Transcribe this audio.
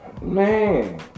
Man